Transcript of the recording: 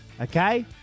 Okay